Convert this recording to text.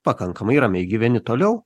pakankamai ramiai gyveni toliau